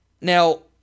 Now